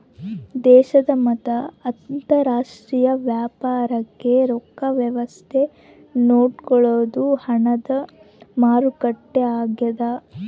ದೇಶದ ಮತ್ತ ಅಂತರಾಷ್ಟ್ರೀಯ ವ್ಯಾಪಾರಕ್ ರೊಕ್ಕ ವ್ಯವಸ್ತೆ ನೋಡ್ಕೊಳೊದು ಹಣದ ಮಾರುಕಟ್ಟೆ ಆಗ್ಯಾದ